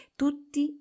tutti